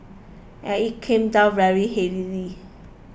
and it came down very heavily